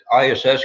ISS